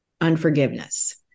unforgiveness